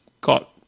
got